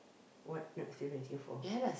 what not she waiting for